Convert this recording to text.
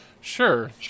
Sure